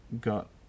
got